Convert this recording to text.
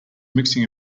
mixing